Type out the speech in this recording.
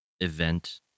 event